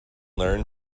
learn